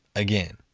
again.